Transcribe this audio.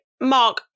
Mark